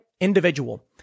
individual